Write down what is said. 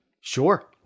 Sure